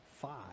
five